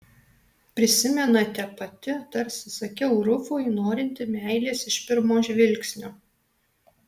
prisimenate pati tarsi sakiau rufui norinti meilės iš pirmo žvilgsnio